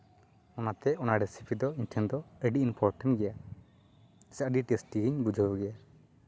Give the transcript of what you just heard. ᱚᱱᱟᱛᱮ ᱚᱱᱟ ᱨᱮᱥᱤᱯᱤ ᱫᱚ ᱤᱧ ᱴᱷᱮᱱ ᱫᱚ ᱟᱹᱰᱤ ᱤᱢᱯᱳᱨᱴᱮᱱᱴ ᱜᱮᱭᱟ ᱥᱮ ᱟᱹᱰᱤ ᱴᱮᱥᱴᱤ ᱜᱤᱧ ᱵᱩᱡᱷᱟᱹᱣ ᱜᱮᱭᱟ